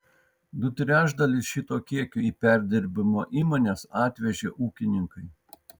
du trečdalius šito kiekio į perdirbimo įmones atvežė ūkininkai